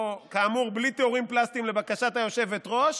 כאמור, בלי תיאורים פלסטיים לבקשת היושבת-ראש.